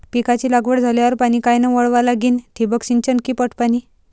पिकाची लागवड झाल्यावर पाणी कायनं वळवा लागीन? ठिबक सिंचन की पट पाणी?